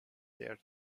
their